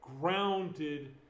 grounded